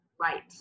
right